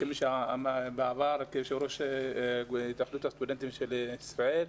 כמי שכיהן בעבר כיושב-ראש התאחדות הסטודנטים של ישראל.